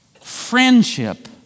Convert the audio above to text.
Friendship